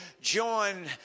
Join